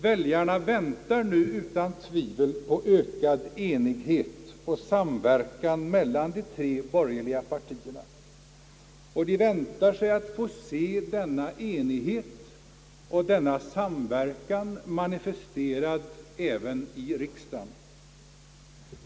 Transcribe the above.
Väljarna väntar nu utan tvivel på ökad enighet och samverkan mellan de tre borgerliga partierna, och de väntar sig att få se denna enighet och denna samverkan manifesterad även i riksdagen.